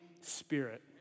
Spirit